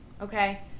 Okay